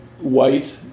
white